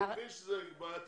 אני מבין שזו בעיה תקציבית.